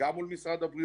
לא יקרה שום דבר,